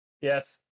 Yes